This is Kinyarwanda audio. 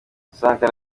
sankara